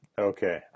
okay